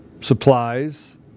supplies